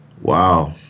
Wow